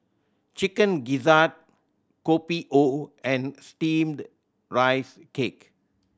Chicken Gizzard Kopi O and Steamed Rice Cake